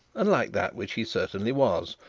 and like that which he certainly was,